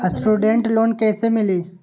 Student loan कैसे मिली?